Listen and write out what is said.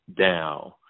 down